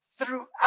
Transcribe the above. throughout